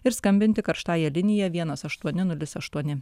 ir skambinti karštąja linija vienas aštuoni nulis aštuoni